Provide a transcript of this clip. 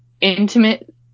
intimate